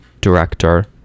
director